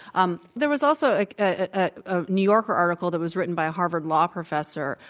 um there was also like ah a new yorker article that was written by a harvard law professor,